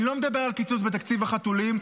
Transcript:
אני לא מדבר על קיצוץ בתקציב החתולים.